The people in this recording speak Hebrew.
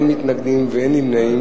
אין מתנגדים ואין נמנעים.